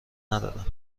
ندارم